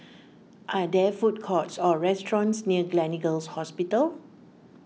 are there food courts or restaurants near Gleneagles Hospital